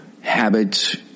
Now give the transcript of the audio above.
habits